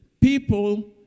People